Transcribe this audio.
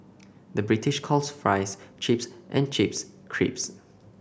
the British calls fries chips and chips crisps